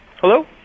Hello